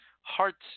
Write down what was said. Heart's